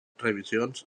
revisions